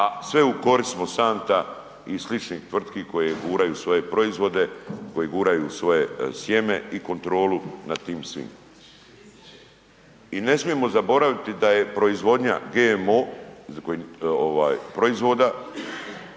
a sve u korist Monsanta i sličnih tvrtki koje guraju svoje proizvode, koji guraju svoje sjeme i kontrolu nad tim svim. I ne smijemo zaboraviti da je proizvodnja GMO proizvoda